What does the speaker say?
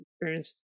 experience